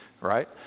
Right